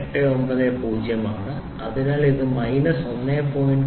890 ആണ് അതിനാൽ ഇത് മൈനസ് 1